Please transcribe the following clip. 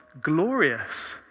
glorious